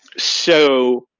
so,